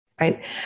right